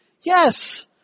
Yes